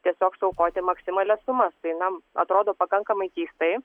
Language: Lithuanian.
tiesiog suaukoti maksimalias sumas tai na atrodo pakankamai keistai